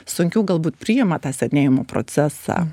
sunkiau galbūt priima tą senėjimo procesą